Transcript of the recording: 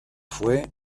fue